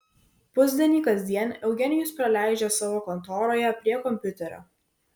pusdienį kasdien eugenijus praleidžia savo kontoroje prie kompiuterio